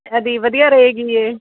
ਇਹਦੀ ਵਧੀਆ ਰਹੇਗੀ ਇਹ